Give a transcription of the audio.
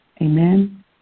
Amen